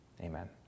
Amen